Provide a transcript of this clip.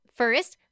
first